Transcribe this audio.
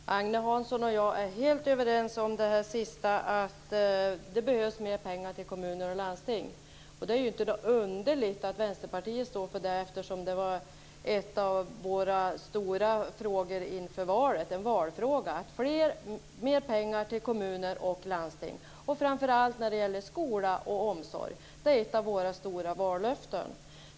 Fru talman! Agne Hansson och jag är helt överens om det sista. Det behövs mer pengar till kommuner och landsting. Det är inte underligt att Vänsterpartier står för det. En av våra stora frågor inför valet var mer pengar till kommuner och landsting, och framför allt till skola och omsorg. Det är ett av våra stora vallöften.